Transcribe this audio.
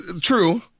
true